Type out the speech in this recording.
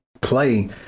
play